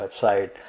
website